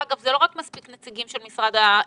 לא מספיק נציגים של משרד החינוך,